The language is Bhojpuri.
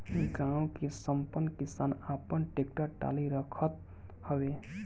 गांव के संपन्न किसान आपन टेक्टर टाली रखत हवे